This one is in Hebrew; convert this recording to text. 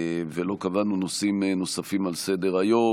ולא קבענו נושאים נוספים על סדר-היום.